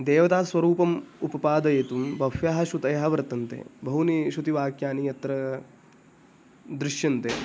देवतास्वरूपम् उपपादयितुं बह्व्यः श्रुतयः वर्तन्ते बहूनि श्रुतिवाक्यानि यत्र दृश्यन्ते